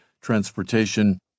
transportation